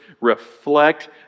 reflect